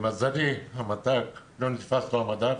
למזלי המט"ק, לא נתפס לו המדף